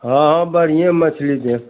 हँ बढ़िए मछली देब